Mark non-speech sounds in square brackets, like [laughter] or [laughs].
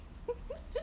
[laughs]